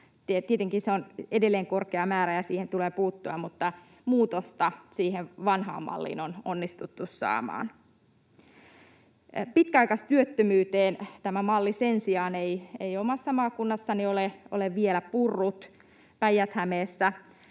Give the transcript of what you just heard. Tietenkin se on edelleen korkea määrä ja siihen tulee puuttua, mutta muutosta siihen vanhaan malliin on onnistuttu saamaan. Pitkäaikaistyöttömyyteen tämä malli sen sijaan ei omassa maakunnassani Päijät-Hämeessä